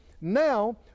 Now